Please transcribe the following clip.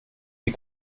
die